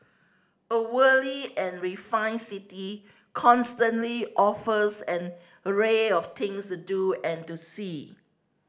a worldly and refined city constantly offers an array of things to do and to see